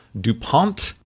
DuPont